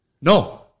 No